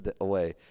away